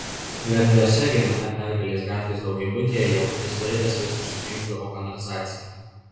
vepriuose viename pergalės gatvės daugiabutyje jau kuris laikas vis užsikimšdavo kanalizacija